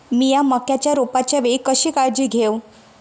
मीया मक्याच्या रोपाच्या वेळी कशी काळजी घेव?